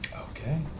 Okay